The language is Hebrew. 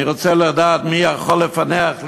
אני רוצה לדעת מי יכול לפענח לי,